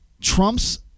Trump's